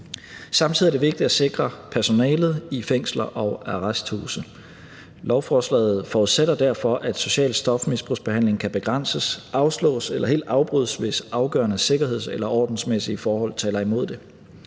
Samtidig er det vigtigt at sikre personalet i fængsler og arresthuse. Lovforslaget forudsætter derfor, at social stofmisbrugsbehandling kan begrænses, afslås eller helt afbrydes, hvis afgørende sikkerheds- eller ordensmæssige forhold taler imod det.